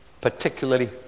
particularly